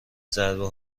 ضربه